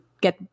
get